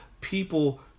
people